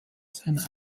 seiner